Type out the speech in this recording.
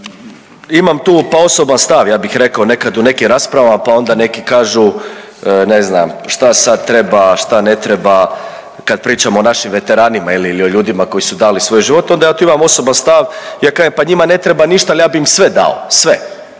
Imam tu pa osoban stav, ja bih rekao nekad u nekim raspravama, pa onda neki kažu ne znam šta sad treba, šta ne treba kad pričamo o našim veteranima ili, ili o ljudima koji su dali svoje živote, onda ja tu imam osoban stav, ja kažem pa njima ne treba ništa, al ja bi im sve dao, sve,